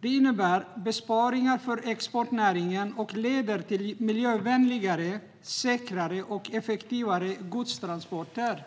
Det innebär besparingar för exportnäringen och leder till miljövänligare, säkrare och effektivare godstransporter.